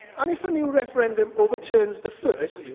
and, if a new referendum overturns the first,